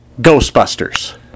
Ghostbusters